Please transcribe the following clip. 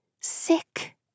Sick